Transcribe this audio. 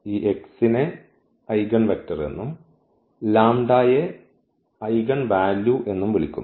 ഈ x നെ eigenvector എന്നും ഈ ലാംഡയെ ഐഗൺവാല്യൂ എന്നും വിളിക്കുന്നു